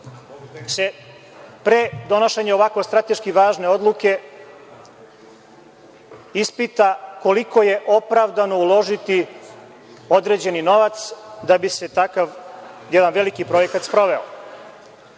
se pre donošenja ovako strateški važne odluke ispita koliko je opravdano uložiti određeni novac da bi se takav jedan veliki projekat sproveo?